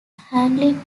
handling